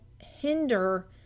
hinder